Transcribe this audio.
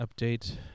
update